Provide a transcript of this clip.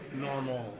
normal